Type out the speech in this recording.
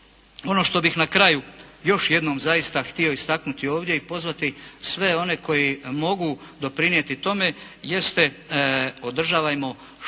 Ono što bih na kraju još jednom zaista htio istaknuti ovdje i pozvati sve one koji mogu doprinijeti tome jeste održavajmo što